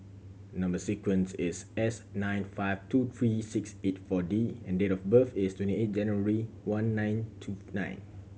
number sequence is S nine five two three six eight Four D and date of birth is twenty eight January one nine two nine